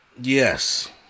yes